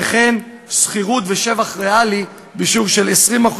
וכן שכירות ושבח ריאלי בשיעור של 20%,